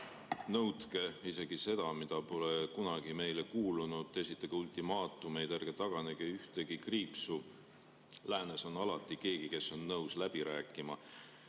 nõudke isegi seda, mis pole kunagi teile kuulunud, esitage ultimaatumeid ja ärge taganege ühtegi kriipsu, sest läänes on alati keegi, kes on nõus läbi rääkima.